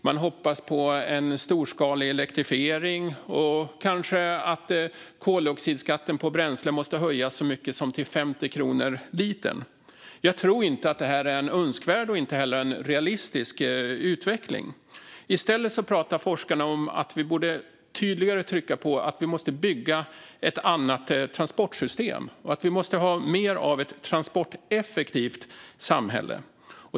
Man hoppas på en storskalig elektrifiering, och kanske måste koldioxidskatten på bränsle höjas så mycket som till 50 kronor litern. Jag tror inte att det här är en önskvärd och inte heller en realistisk utveckling. I stället pratar forskarna om att vi tydligare borde trycka på att vi måste bygga ett annat transportsystem och att vi måste ha ett mer transporteffektivt samhälle.